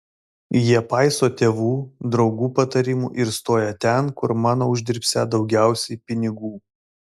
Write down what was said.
jie paiso tėvų draugų patarimų ir stoja ten kur mano uždirbsią daugiausiai pinigų